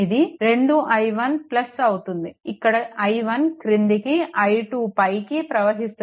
ఇది 2 i1 అవుతుంది ఇక్కడ i1 క్రిందికి i2 పైకి ప్రవహిస్తున్నాయి